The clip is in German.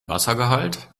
wassergehalt